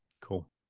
Cool